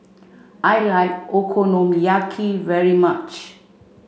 I like Okonomiyaki very much